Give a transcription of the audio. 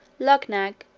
luggnagg,